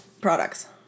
products